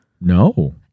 No